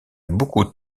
beaucoup